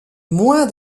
moins